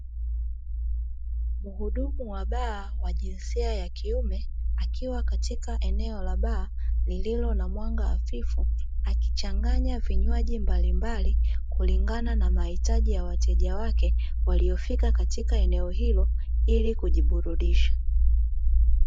Muhudumu wa baa wa jinsia ya kiume akiwa katika eneo la baa, lililo na mwanga hafifu; akichanganya vinywaji mbalimbali kulingana na mahitaji ya wateja wake waliofika katika eneo hilo, ili kujiburudisha.